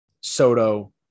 Soto